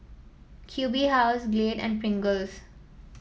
Q B House Glade and Pringles